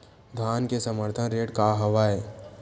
धान के समर्थन रेट का हवाय?